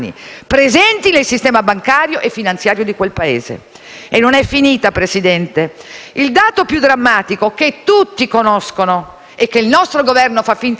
E non è finita, signor Presidente: il dato più drammatico, che tutti conoscono e che il nostro Governo fa finta di non conoscere, è che la Repubblica islamica dell'Iran